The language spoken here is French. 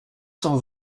cent